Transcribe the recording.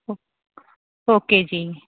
okay okay ਜੀ